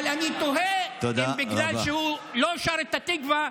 אבל אני תוהה אם בגלל שהוא לא שר את התקווה,